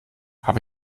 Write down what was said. habe